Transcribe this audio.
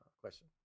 question